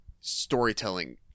storytelling